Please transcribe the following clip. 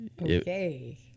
Okay